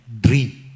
dream